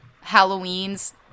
Halloween's